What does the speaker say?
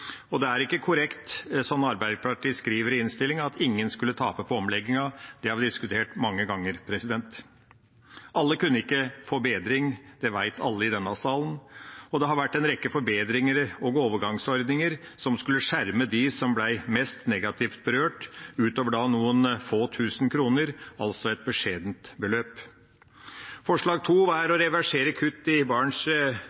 Det er ikke korrekt som Arbeiderpartiet skriver i innstillinga, at ingen skulle tape på omleggingen. Det har vi diskutert mange ganger. Alle kunne ikke få bedring, det vet alle i denne sal. Det har vært en rekke forbedringer og overgangsordninger som skulle skjerme dem som ble mest negativt berørt utover noen få tusen kroner – altså et beskjedent beløp. Forslag nr. 9 er å